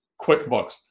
QuickBooks